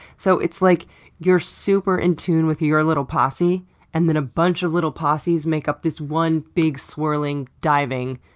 so it's like you're super in-tune with your little posse and then a bunch of little posses make up this one, big, swirling, diving,